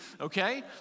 okay